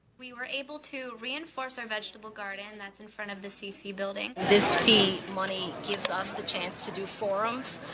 we were able to reinforce our vegetable garden that's in front of the cc building. this fee money gives us the chance to do forums.